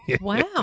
Wow